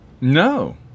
No